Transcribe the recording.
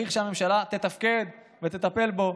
צריך שהממשלה תתפקד ותטפל בו?